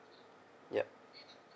yup